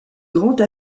grande